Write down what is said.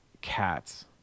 cats